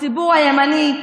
הציבור הימני,